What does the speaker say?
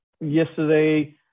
yesterday